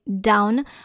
down